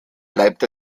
bleibt